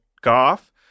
Goff